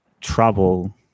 trouble